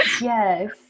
Yes